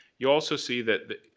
you also see that,